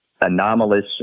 anomalous